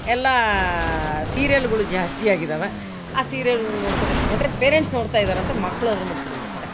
ಎಲ್ಲ ಸೀರಿಯಲ್ಗಳು ಜಾಸ್ತಿ ಆಗಿದ್ದಾವೆ ಆ ಸೀರಿಯಲ್ಗಳು ನೋಡ್ಕೋಳ್ತ ಕೂತ್ಕೊಂಡ್ರೆ ಪೇರೆಂಟ್ಸ್ ನೋಡ್ತಾಯಿದ್ದಾರೆ ಅಂತ ಮಕ್ಳು ಅದ್ರ ಮುಂದೆ ಕೂತ್ಬಿಡ್ತಾರೆ